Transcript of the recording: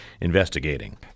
investigating